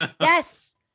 Yes